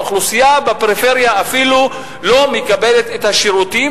האוכלוסייה בפריפריה אפילו לא מקבלת את השירותים